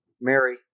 Mary